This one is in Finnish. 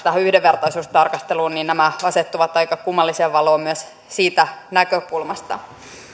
yhdenvertaisuustarkasteluun jolloin nämä asettuvat aika kummalliseen valoon myös siitä näkökulmasta